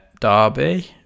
Derby